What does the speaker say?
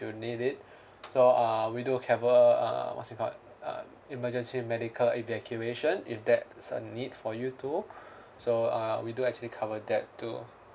you need it so uh we do have uh uh what's it called uh emergency medical evacuation if that's a need for you too so uh we do actually cover that too